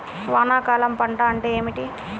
వానాకాలం పంట అంటే ఏమిటి?